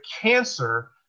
cancer